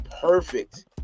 perfect